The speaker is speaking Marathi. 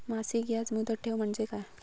मासिक याज मुदत ठेव म्हणजे काय?